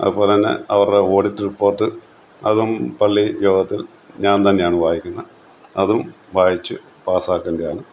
അതുപോലെ തന്നെ അവരുടെ ഓഡിറ്റ് റിപ്പോർട്ട് അതും പള്ളിയോഗത്തിൽ ഞാൻ തന്നെയാന്ന് വായിക്കുന്നത് അതും വായിച്ച് പാസാക്കണ്ടെയാണ്